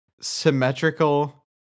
Symmetrical